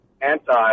anti